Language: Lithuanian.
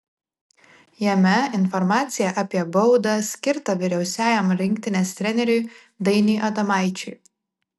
jame informacija apie baudą skirtą vyriausiajam rinktinės treneriui dainiui adomaičiui